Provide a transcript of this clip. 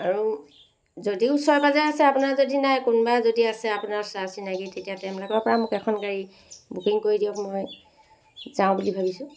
আৰু যদি ওচৰে পাঁজৰে আছে আপোনাৰ যদি নাই কোনোবা যদি আছে আপোনাৰ চা চিনাকী তেতিয়া তেওঁবিলাকৰ পৰা মোক এখন গাড়ী বুকিং কৰি দিয়ক মই যাওঁ বুলি ভাবিছোঁ